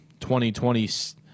2020